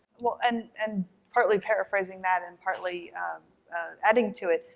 well, and and partly paraphrasing that and partly adding to it.